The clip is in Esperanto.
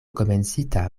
komencita